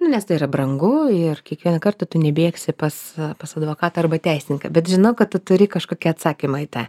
nu nes tai yra brangu ir kiekvieną kartą tu nebėgsi pas pas advokatą arba teisininką bet žinau kad turi kažkokį atsakymą į tą